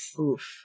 Oof